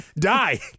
die